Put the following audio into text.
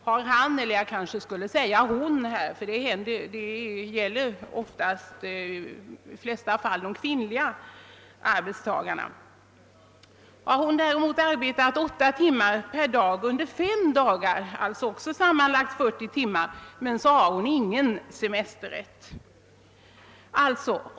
Har han — eller jag kanske skall säga hon, ty det gäller i de flesta fall de kvinnliga arbetstagarna — däremot arbetat åtta timmar per dag under fem dagar, således också sammanlagt 40 timmar, föreligger ingen semesterrätt.